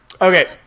Okay